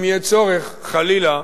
אם יהיה צורך, חלילה,